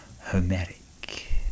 homeric